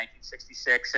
1966